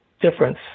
difference